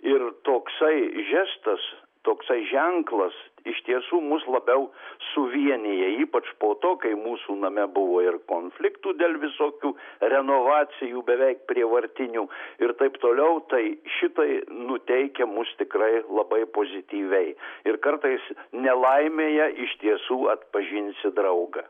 ir toksai žestas toksai ženklas iš tiesų mus labiau suvienija ypač po to kai mūsų name buvo ir konfliktų dėl visokių renovacijų beveik prievartinių ir taip toliau tai šitai nuteikia mus tikrai labai pozityviai ir kartais nelaimėje iš tiesų atpažinsi draugą